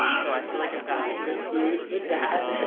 so i feel like i've got some good food with that.